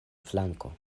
flanko